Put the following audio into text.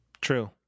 true